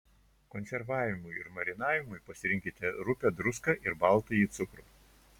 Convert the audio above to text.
konservavimui ir marinavimui pasirinkite rupią druską ir baltąjį cukrų